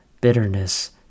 bitterness